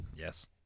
Yes